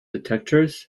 detectors